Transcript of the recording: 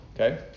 Okay